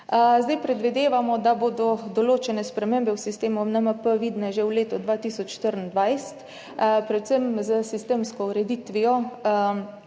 Predvidevamo, da bodo določene spremembe v sistemu NMP vidne že v letu 2024, predvsem s sistemsko ureditvijo